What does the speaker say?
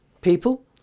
people